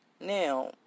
Now